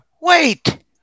wait